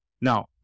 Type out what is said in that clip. Now